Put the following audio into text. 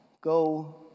Go